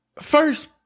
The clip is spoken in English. first